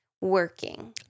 working